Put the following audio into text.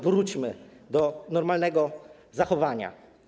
Wróćmy do normalnego zachowania.